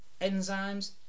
enzymes